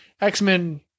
X-Men